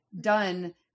done